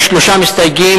יש שלושה מסתייגים,